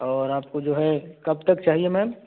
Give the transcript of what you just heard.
और आपको जो है कब तक चाहिए मैम